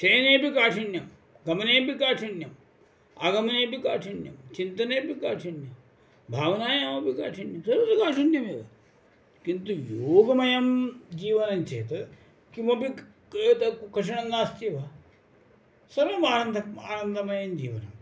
शयनेपि काठिन्यं गमनेपि काठिन्यम् आगमनेपि काठिन्यं चिन्तनेपि काठिन्यं भावनायामपि काठिन्यं सर्वत्र काठिन्यमेव किन्तु योगमयं जीवनं चेत् किमपि क् एतत् कठिनं नास्ति एव सर्वम् आनन्दम् आनन्दमयं जीवनम्